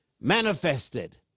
manifested